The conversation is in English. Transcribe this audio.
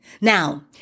Now